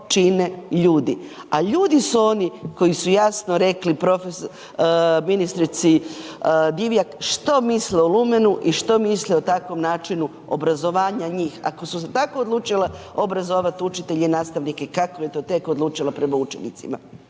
čine ljudi, a ljudi su oni koji su jasno rekli ministrici Divjak što misle o lumenu i što misle o takvom načinu obrazovanja njih, ako su se tako odlučile obrazovat učitelje i nastavnike, kako bi to tek odlučila prema učenicima.